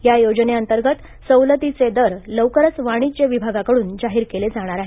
या योजने अंतर्गत सवलतीचे दर लवकरच वाणिज्य विभागाकडून जाहीर केले जाणार आहेत